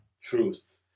truth